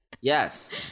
Yes